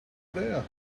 there